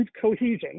cohesion